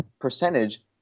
percentage